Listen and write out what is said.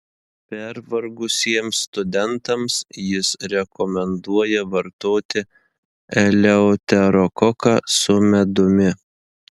pervargusiems studentams jis rekomenduoja vartoti eleuterokoką su medumi